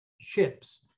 ships